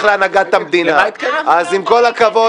להנהגת המדינה ----- אז עם כל הכבוד